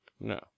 No